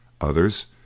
others